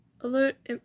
alert